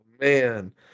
man